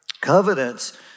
Covenants